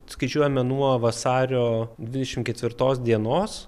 skaičiuojame nuo vasario dvidešimt ketvirtos dienos